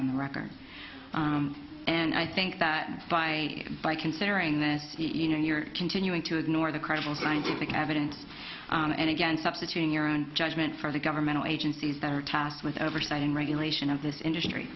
on the record and i think that by by considering that you know your continuing to ignore the credible scientific evidence and again substituting your own judgment for the governmental agencies that are tasked with oversight and regulation of this industry